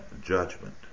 judgment